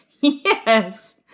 yes